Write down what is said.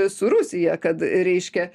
su rusija kad reiškia